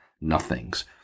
nothings